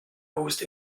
hausse